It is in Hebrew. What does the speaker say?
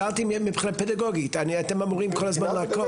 שאלתי מבחניה פדגוגית, אתם אמורים לעקוב.